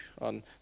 on